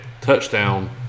touchdown